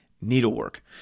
needlework